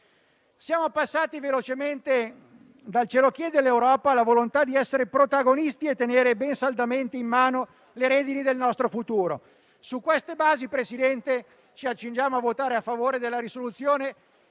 Siamo passati velocemente dal «ce lo chiede l'Europa» alla volontà di essere protagonisti e tenere ben saldamente in mano le redini del nostro futuro. Su queste basi, signor Presidente, ci accingiamo a votare a favore della proposta